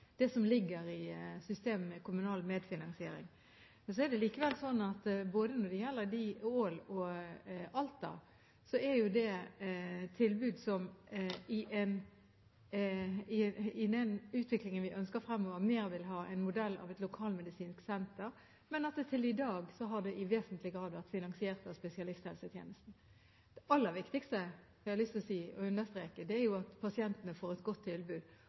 det som ligger i systemet med kommunal medfinansiering. Det er likevel sånn at når det gjelder tilbudene i både Ål og Alta, er det tilbud som i den utviklingen vi ønsker fremover, mer vil ha en modell av et lokalmedisinsk senter, mens det til i dag i vesentlig grad har vært finansiert av spesialisthelsetjenesten. Det aller viktigste, har jeg lyst til å si – og understreke – er at pasientene får et godt tilbud,